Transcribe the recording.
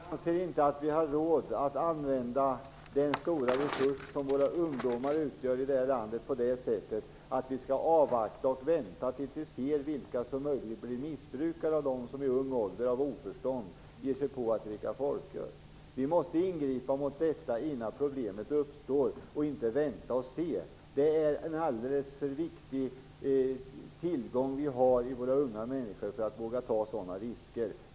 Herr talman! Jag anser inte att vi har råd att använda den stora resurs som våra ungdomar utgör i detta land på så sätt att vi avvaktar tills vi ser vilka som möjligen blir missbrukare av dem som i ung ålder av oförstånd ger sig på att dricka folköl. Vi måste ingripa mot detta innan problemet uppstår och inte vänta och se. Det är en alldeles för viktig tillgång vi har i våra unga människor för att vi skall våga ta sådana risker.